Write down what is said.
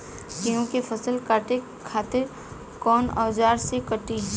गेहूं के फसल काटे खातिर कोवन औजार से कटी?